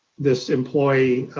this employee